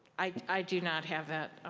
i do not have that.